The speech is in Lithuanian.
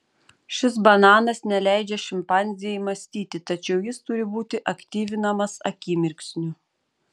šis bananas neleidžia šimpanzei mąstyti tačiau jis turi būti aktyvinamas akimirksniu